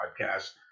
podcast